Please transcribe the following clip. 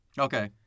Okay